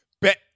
Bet